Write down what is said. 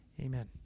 amen